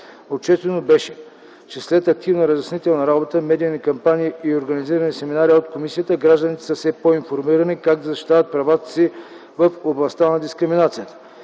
Отчетено беше, че след активна разяснителна работа, медийни кампании и организирани семинари от комисията, гражданите са все по-информирани как да защитават правата си в областта на дискриминацията.